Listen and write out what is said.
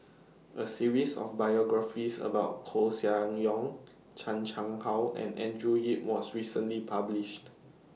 A series of biographies about Koeh Sia Yong Chan Chang How and Andrew Yip was recently published